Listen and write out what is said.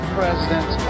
president